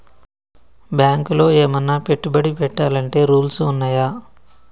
బ్యాంకులో ఏమన్నా పెట్టుబడి పెట్టాలంటే రూల్స్ ఉన్నయా?